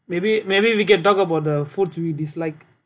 maybe maybe we can talk about the food you dislike